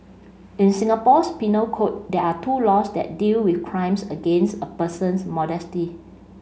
in Singapore's penal code there are two laws that deal with crimes against a person's modesty